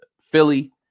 Philly